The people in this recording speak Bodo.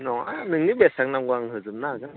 नङा नोंनो बेसे नांगौ आं होजोबनो हागोन